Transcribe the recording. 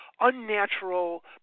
unnatural